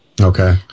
Okay